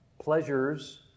Pleasures